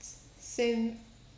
s~ same